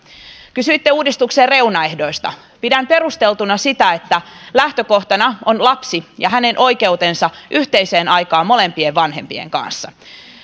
kysyitte uudistuksen reunaehdoista pidän perusteltuna sitä että lähtökohtana on lapsi ja hänen oikeutensa yhteiseen aikaan molempien vanhempien kanssa